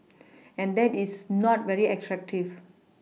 and that is not very attractive